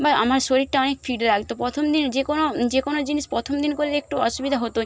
বা আমার শরীরটা অনেক ফিট লাগত প্রথম দিন যে কোনো যে কোনো জিনিস প্রথম দিন করলে একটু অসুবিধা হতোই